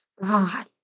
God